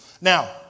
Now